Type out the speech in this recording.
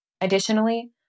Additionally